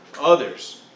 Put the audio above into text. others